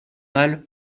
mal